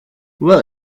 will